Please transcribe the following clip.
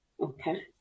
Okay